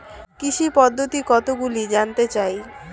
কৃষি পদ্ধতি কতগুলি জানতে চাই?